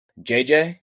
JJ